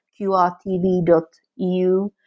qrtv.eu